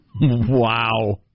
Wow